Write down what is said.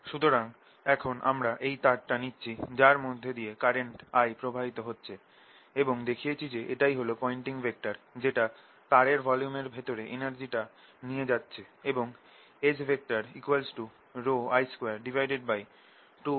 সুতরাং এখন আমরা এই তারটা নিচ্ছি যার মধ্যে দিয়ে কারেন্ট I প্রবাহিত হচ্ছে এবং দেখিয়েছি যে এটাই হল পয়েন্টিং ভেক্টর যেটা তারের ভলিউমের ভেতরে এনার্জিটা নিয়ে যাচ্ছে এবং S I222a3